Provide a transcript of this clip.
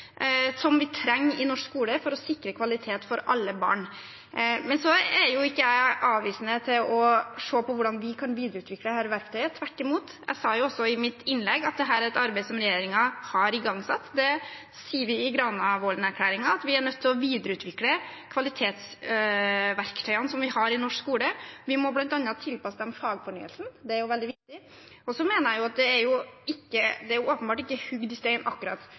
som vi trenger i norsk skole for å sikre kvalitet for alle barn. Men jeg er ikke avvisende til å se på hvordan vi kan videreutvikle dette verktøyet. Jeg sa også i mitt innlegg at dette er et arbeid som regjeringen har igangsatt. Det står også i Granavolden-plattformen at vi er nødt til å videreutvikle kvalitetsverktøyene vi har i norsk skole. Vi må bl.a. tilpasse dem til fagfornyelsen. Det er veldig viktig. Det er åpenbart ikke hugget i stein akkurat når det er best å gjennomføre slike prøver, og om vi trenger prøver på andre områder. Det ble i